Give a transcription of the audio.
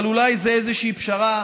אבל אולי זו איזושהי פשרה.